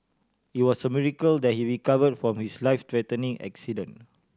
it was a miracle that he recovered from his life threatening accident